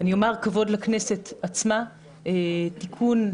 אני אומר, כבוד לכנסת עצמה, תיקון,